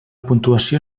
puntuació